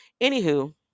Anywho